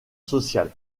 social